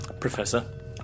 Professor